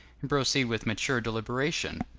and proceed with mature deliberation?